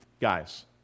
guys